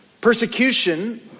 Persecution